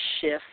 shift